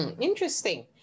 interesting